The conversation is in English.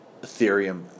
ethereum